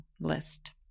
list